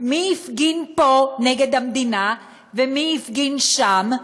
מי הפגין פה נגד המדינה, ומי הפגין שם,